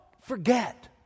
forget